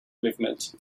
movement